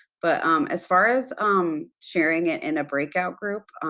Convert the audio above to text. but um as far as um sharing it in a break-out group,